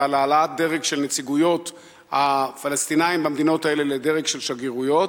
ועל העלאת דרג של נציגויות הפלסטינים במדינות האלה לדרג של שגרירויות.